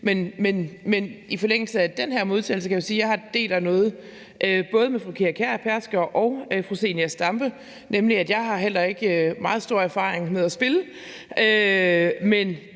men i forlængelse af den her modtagelse kan sige, at jeg deler noget med både fru Pia Kjærsgaard og fru Zenia Stampe, nemlig at jeg heller ikke har meget stor erfaring med at spille.